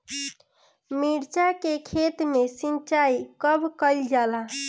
मिर्चा के खेत में सिचाई कब कइल जाला?